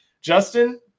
Justin